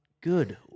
good